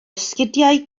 esgidiau